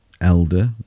elder